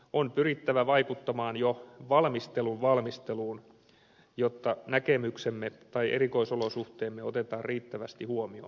on pyrittävä vaikuttamaan jo valmistelun valmisteluun jotta näkemyksemme tai erikoisolosuhteemme otetaan riittävästi huomioon